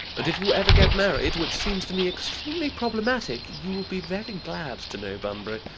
and if you ever get married, which seems to me extremely problematic, you will be very glad to know bunbury.